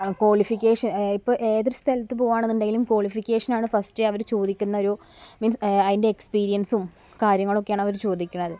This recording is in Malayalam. കോളിഫിക്കേഷൻ ഏതൊരു സ്ഥലത്ത് പോവാണെന്നുണ്ടെങ്കിലും കോളിഫിക്കേഷനാണ് ഫസ്റ്റ് അവർ ചോദിക്കുന്ന ഒരു മീൻസ് അതിൻ്റെ എക്സ്പീരിയൻസും കാര്യങ്ങളൊക്കെയാണ് അവര് ചോദിക്കുന്നത്